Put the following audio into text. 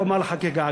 כל מהלך חקיקה,